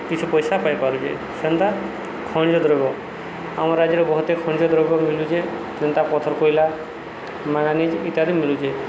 କିଛି ପଇସା ପାଇପାରୁଛି ସେଟା ଖଣିଜ ଦ୍ରବ୍ୟ ଆମ ରାଜ୍ୟରେ ବହୁତ ଖଣିଜ ଦ୍ରବ୍ୟ ମିଳୁଛି ଯେଉଁଟା ପଥର କୋଇଲା ମାଙ୍ଗାନିଜ୍ ଇତ୍ୟାଦି ମିଳୁଛି